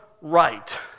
right